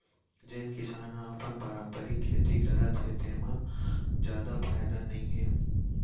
जेन किसान ह अपन पारंपरिक खेती करत हे तेमा जादा फायदा नइ हे